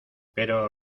pero